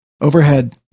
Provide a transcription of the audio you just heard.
Overhead